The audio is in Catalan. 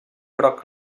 groc